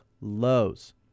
lows